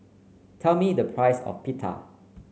tell me the price of Pita